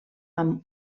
amb